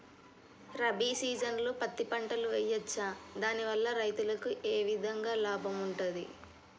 రబీ సీజన్లో పత్తి పంటలు వేయచ్చా దాని వల్ల రైతులకు ఏ విధంగా లాభం ఉంటది?